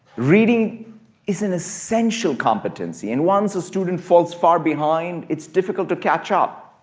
reading is an essential competency and once a student falls far behind it's difficult to catch up.